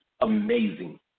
amazing